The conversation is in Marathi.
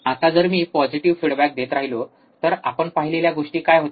आता जर मी पॉजिटीव्ह फिडबॅक देत राहिलो तर आपण पाहिलेल्या गोष्टी काय होत्या